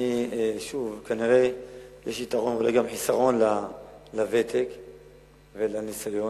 כנראה יש יתרון וגם חיסרון לוותק ולניסיון.